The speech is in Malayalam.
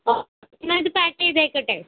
എന്നാൽ ഇത് പാക്ക് ചെയ്തേക്കട്ടേ